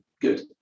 good